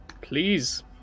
please